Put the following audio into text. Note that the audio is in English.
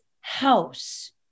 house